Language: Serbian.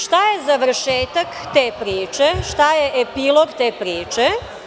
Šta je završetak te priče, šta je epilog te priče?